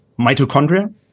mitochondria